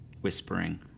whispering